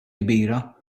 kbira